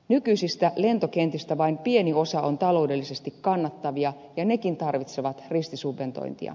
nykyisistä lentokentistä vain pieni osa on taloudellisesti kannattavia ja nekin tarvitsevat ristisubventointia